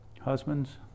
Husbands